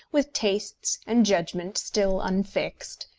with tastes and judgment still unfixed,